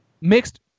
mixed